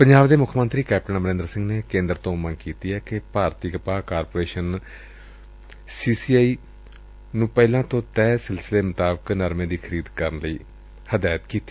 ਪੰਜਾਬ ਦੇ ਮੁੱਖ ਮੰਤਰੀ ਕੈਪਟਨ ਅਮਰੰਦਰ ਸਿੰਘ ਨੇ ਕੇਂਦਰ ਤੋਂ ਮੰਗ ਕੀਤੀ ਏ ਕਿ ਭਾਰਤੀ ਕਪਾਹ ਕਾਰਪੋਰੇਸ਼ਨ ਸੀ ਸੀ ਆਈ ਨੂੰ ਪਹਿਲਾਂ ਤੋਂ ਤੈਅ ਸਿਲਸਿਲੇ ਮੁਤਾਬਿਕ ਨਰਮੇ ਕਪਾਹ ਦੀ ਖਰੀਦ ਦੀ ਹਦਾਇਤ ਕੀਤੀ